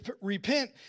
repent